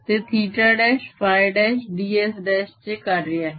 ते θ' φ' ds' चे कार्य आहे